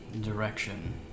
Direction